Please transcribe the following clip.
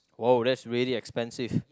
oh that's really expensive